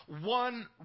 one